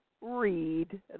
read